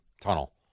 tunnel